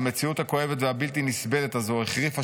"המציאות הכואבת והבלתי-נסבלת הזו החריפה